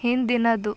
ಹಿಂದಿನದು